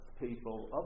people